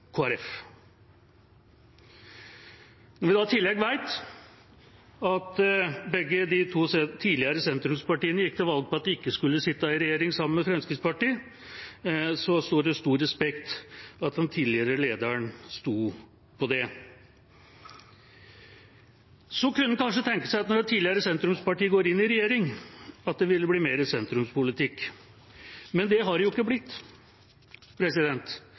Folkeparti. Når vi da i tillegg vet at begge de to tidligere sentrumspartiene gikk til valg på at de ikke skulle sitte i regjering sammen med Fremskrittspartiet, sto det stor respekt av at den tidligere lederen sto på det. Så kunne en kanskje tenke seg at når et tidligere sentrumsparti går inn i regjering, vil det bli mer sentrumspolitikk. Men det er det ikke blitt.